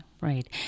right